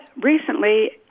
recently